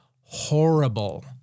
horrible